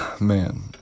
Man